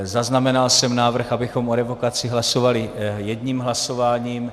Zaznamenal jsem návrh, abychom o revokaci hlasovali jedním hlasováním.